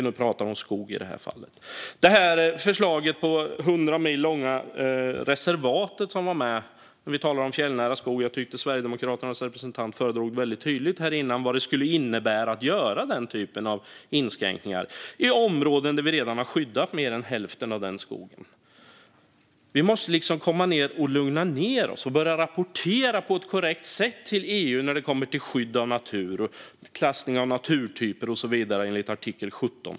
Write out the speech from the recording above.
När det gäller förslaget om ett 100 mil långt reservat för fjällnära skog tyckte jag att Sverigedemokraternas representant föredrog väldigt tydligt vad det skulle innebära att göra den typen av inskränkningar i områden där vi redan har skyddat mer än hälften av skogen. Vi måste lugna ned oss och börja rapportera på ett korrekt sätt till EU enligt artikel 17 när det gäller skydd av natur, klassning av naturtyper och så vidare.